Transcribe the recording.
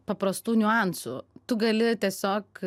paprastų niuansų tu gali tiesiog